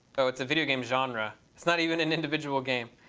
so it's a video game genre. it's not even an individual game.